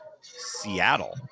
Seattle